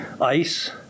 ICE